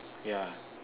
yeah